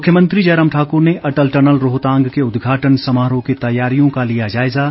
मुख्यमंत्री जयराम ठाकुर ने अटल टनल रोहतांग के उदघाटन समारोह की तैयारियों का लिया जायज़ा